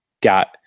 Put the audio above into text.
got